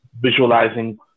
visualizing